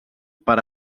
per